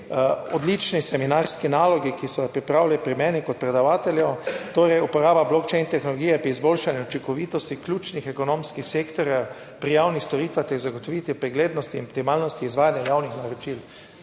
odlični seminarski nalogi, ki so jo pripravili pri meni kot predavatelju. Torej, uporaba Blockchain tehnologije pri izboljšanju učinkovitosti ključnih ekonomskih sektorjev pri javnih storitvah ter zagotovitvi preglednosti in optimalnosti izvajanja javnih naročil.